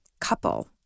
couple